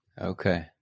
Okay